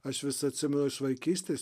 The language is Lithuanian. aš vis atsimenu iš vaikystės